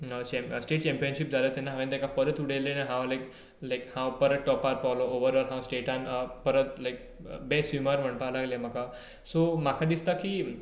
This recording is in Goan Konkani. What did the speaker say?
स्टेट चँपीयनसीप जालें तेन्ना हांवें तेका परत उडयलें आनी हांव लायक हांव लायक परत टोपार पावलो ओवरऑल हांव स्टेटान परत लायक बेस स्विमर म्हणपा लागले म्हाका सो म्हाका दिसता की